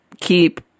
keep